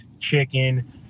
chicken